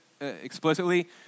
explicitly